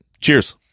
Cheers